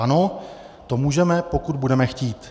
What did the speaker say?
Ano, to můžeme, pokud budeme chtít.